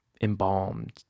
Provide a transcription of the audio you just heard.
embalmed